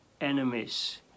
enemies